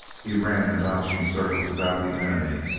he ran in dodging circles about the enemy,